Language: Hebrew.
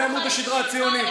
זה עמוד השדרה הציוני.